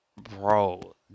bro